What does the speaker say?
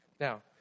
Now